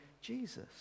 Jesus